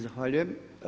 Zahvaljujem.